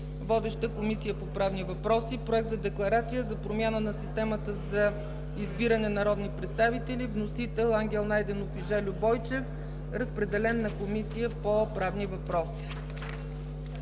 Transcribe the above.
Водеща е Комисията по правни въпроси. Проект за декларация за промяна на системата за избиране на народни представители. Вносители – Ангел Найденов и Жельо Бойчев. Разпределен е на Комисията по правни въпроси.